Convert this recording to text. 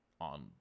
on